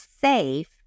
safe